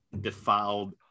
defiled